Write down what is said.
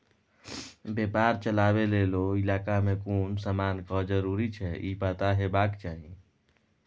बेपार चलाबे लेल ओ इलाका में कुन समानक जरूरी छै ई पता हेबाक चाही